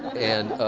and